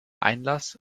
einlass